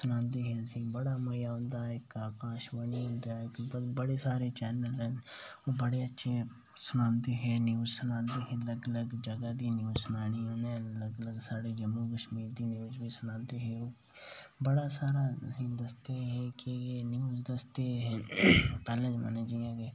ते बड़ा सारा मज़ा औंदा कॉर्टून चैनल न ते बड़ा मज़ा आंदा बड़े अच्छे सनांदे हे न्यूज़ सनांदे हे ते सनानी अलग अलग जगहा दी साढ़े जम्मू कशमीर दी उनें ते एह् सनांदे हे ते बड़ा सारा दस्सदे हे ते पैह्ले जमानें ई एह् इंया